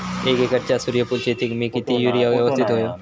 एक एकरच्या सूर्यफुल शेतीत मी किती युरिया यवस्तित व्हयो?